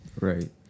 right